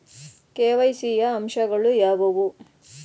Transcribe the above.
KYC ಯ ಅಂಶಗಳು ಯಾವುವು?